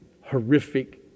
horrific